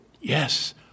Yes